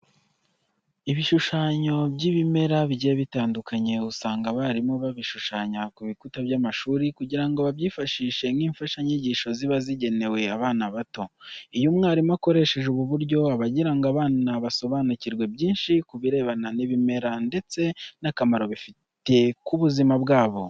Ibishushanyo by'ibimera bigiye bitandukanye usanga abarimu babishushanya ku bikuta by'amashuri kugira ngo babyifashishe nk'imfashanyigisho ziba zigenewe abana bato. Iyo umwarimu akoresheje ubu buryo aba agira ngo abana basobanukirwe byinshi kubirebana n'ibimera ndetse n'akamaro bifite ku buzima bwabo.